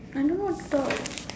I don't know what to talk